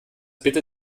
bitte